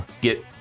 get